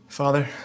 Father